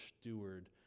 steward